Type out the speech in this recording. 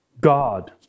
God